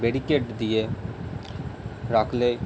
barricade দিয়ে রাখলেই